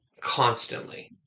constantly